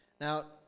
Now